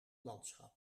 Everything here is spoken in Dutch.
landschap